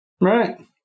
Right